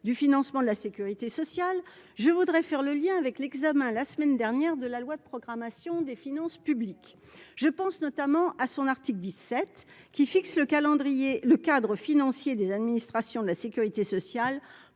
Du financement de la Sécurité sociale, je voudrais faire le lien avec l'examen la semaine dernière de la loi de programmation des finances publiques, je pense notamment à son article 17 qui fixe le calendrier, le cadre financier des administrations, de la sécurité sociale